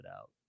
out